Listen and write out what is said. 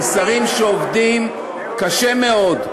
ושרים שעובדים קשה מאוד.